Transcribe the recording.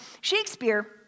Shakespeare